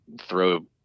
throw